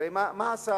הרי מה עשה,